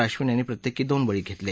आश्विन यांनी प्रत्येकी दोन बळी घेतले